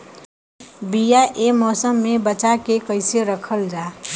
बीया ए मौसम में बचा के कइसे रखल जा?